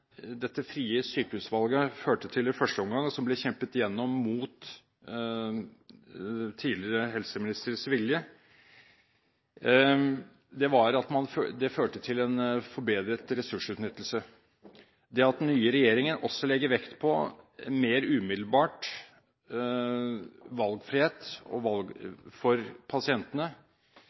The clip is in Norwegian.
dette frie sykehusvalget førte til i første omgang, som ble kjempet gjennom mot tidligere helseministeres vilje, var en forbedret ressursutnyttelse. Det at den nye regjeringen også legger vekt på mer umiddelbar valgfrihet og valg for pasientene,